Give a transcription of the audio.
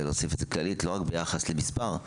כללית לא רק ביחס למספר.